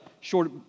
short